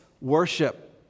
worship